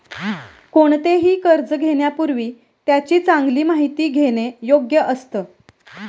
कोणतेही कर्ज घेण्यापूर्वी त्याची चांगली माहिती घेणे योग्य असतं